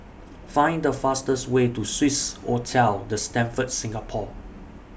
Find The fastest Way to Swissotel The Stamford Singapore